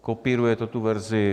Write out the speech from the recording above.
Kopíruje to tu verzi.